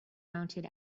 mounted